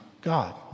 God